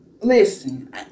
Listen